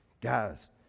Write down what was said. Guys